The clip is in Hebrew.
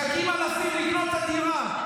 מחכים אלפים לקנות את הדירה.